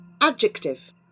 Adjective